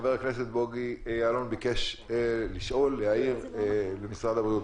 חבר הכנסת בוגי יעלון ביקש לשאול את משרד הבריאות או להעיר.